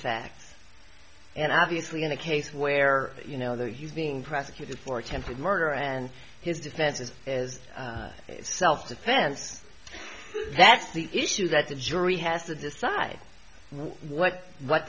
facts and obviously in a case where you know the you being prosecuted for attempted murder and his defense is is self defense that's the issue that the jury has to decide what what